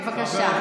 בבקשה.